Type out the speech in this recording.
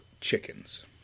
chickens